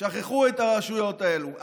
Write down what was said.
שכחו את הרשויות האלו.